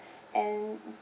and